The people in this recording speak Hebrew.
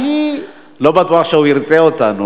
לא בטוח שהוא ירצה אותנו,